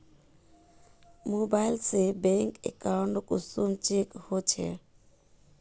Mobile से bank account कुंसम check होचे?